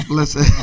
Listen